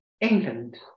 England